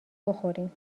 بخوریم